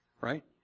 right